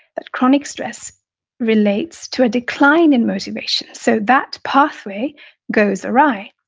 that chronic stress relates to a decline in motivation. so that pathway goes awry.